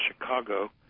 Chicago